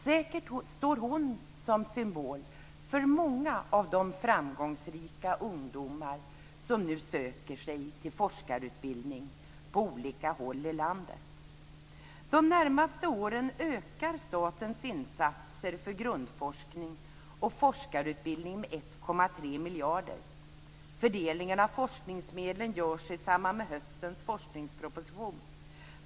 Säkert står hon som symbol för många av de framgångsrika ungdomar som nu söker sig till forskarutbildning på olika håll i landet. Under de närmaste åren ökar statens insatser för grundforskning och forskarutbildning med 1,3 miljarder. Fördelningen av forskningsmedel görs i samband med höstens forskningsproposition.